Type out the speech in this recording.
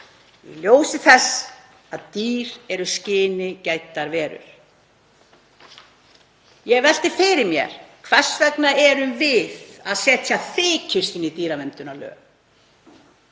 í ljósi þess að dýr eru skyni gæddar verur“. Ég velti fyrir mér: Hvers vegna erum við að setja þykjustunni dýraverndunarlög?